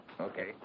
Okay